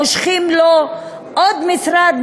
מושכים לו עוד משרד,